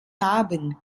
narben